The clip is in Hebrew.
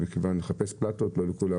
הם רצו